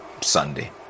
Sunday